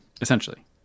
essentially